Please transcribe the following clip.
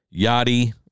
Yachty